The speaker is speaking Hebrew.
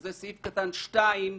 שזה סעיף קטן 2,